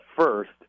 first